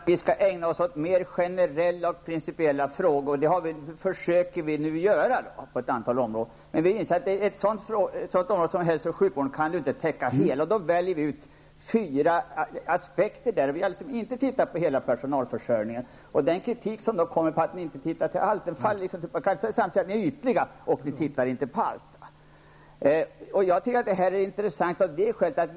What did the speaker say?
Herr talman! Riksdagen har uttalat att vi skall ägna oss åt mer generella och principiella frågor, och det försöker vi nu att göra på ett antal områden. Men man kan inte täcka hela hälso och sjukvården, och vi har därför inom denna valt ut fyra aspekter. Vi har t.ex. inte studerat hela personalförsörjningen. Mot denna bakgrund faller kritiken mot att vi inte har studerat allt. Man kan inte samtidigt kritisera oss för att vara ytliga och för att inte titta på allt.